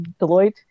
Deloitte